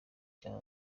cya